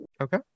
okay